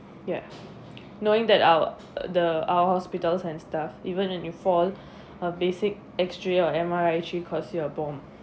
ya knowing that our the our hospitals and stuff even when you fall a basic X-ray or M_R_I actually cost you a bomb